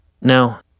Now